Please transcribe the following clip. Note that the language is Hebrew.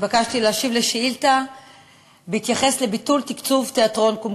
התבקשתי להשיב על השאילתה בהתייחס לביטול תקצוב תיאטרון "קומקום".